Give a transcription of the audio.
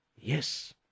Yes